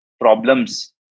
problems